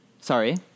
Sorry